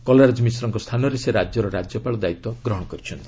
କଲ୍ରାଜ ମିଶ୍ରଙ୍କ ସ୍ଥାନରେ ସେ ରାଜ୍ୟର ରାଜ୍ୟପାଳ ଦାୟିତ୍ୱ ଗ୍ରହଣ କରିଛନ୍ତି